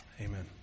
Amen